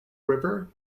river